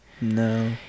No